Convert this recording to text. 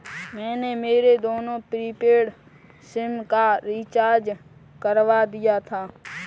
मैंने मेरे दोनों प्रीपेड सिम का रिचार्ज करवा दिया था